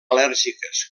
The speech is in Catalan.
al·lèrgiques